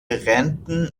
renten